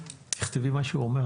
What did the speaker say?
תכתבי מה שהוא אומר,